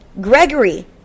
Gregory